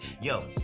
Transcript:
Yo